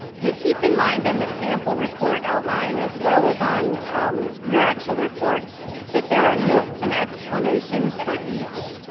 do keep in mind on the sample report outline, as well as on your actual reports that there are notes and explanations for each